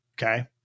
Okay